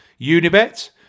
Unibet